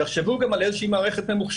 תחשבו גם על איזה שהיא מערכת ממוחשבת.